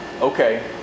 Okay